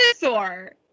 dinosaur